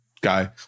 guy